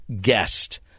guest